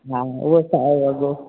हा उहो त आहे वॻो